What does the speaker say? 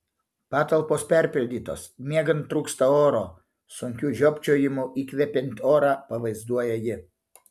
patalpos perpildytos miegant trūksta oro sunkiu žiopčiojimu įkvepiant orą pavaizduoja ji